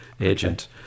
agent